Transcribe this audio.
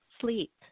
sleep